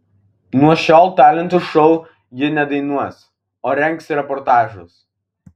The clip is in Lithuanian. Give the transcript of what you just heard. nuo šiol talentų šou ji nedainuos o rengs reportažus